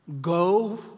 Go